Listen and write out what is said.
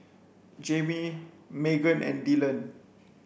Jaime Magen and Dylan